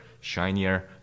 shinier